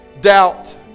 doubt